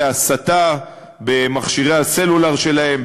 להסתה במכשירי הסלולר שלהם,